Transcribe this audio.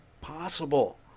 possible